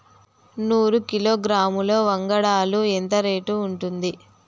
నూరు కిలోగ్రాముల వంగడాలు ఎంత రేటు ఉంటుంది?